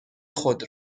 خود